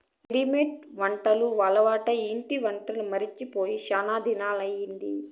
readymade వంటకాలు అలవాటై ఇంటి వంట మరచి పోయి శానా దినాలయ్యింది